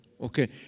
Okay